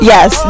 Yes